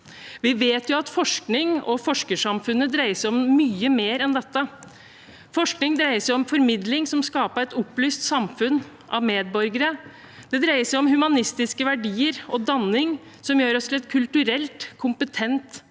Vi vet jo at forskning og forskersamfunnet dreier seg om mye mer enn dette. Forskning dreier seg om formidling som skaper et opplyst samfunn av medborgere. Det dreier seg om humanistiske verdier og danning som gjør oss til et kulturelt kompetent